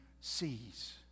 sees